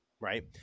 right